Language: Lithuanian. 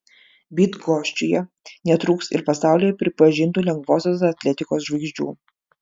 bydgoščiuje netrūks ir pasaulyje pripažintų lengvosios atletikos žvaigždžių